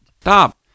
stop